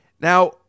Now